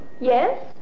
Yes